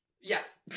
Yes